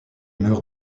meurt